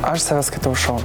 aš save skaitau šou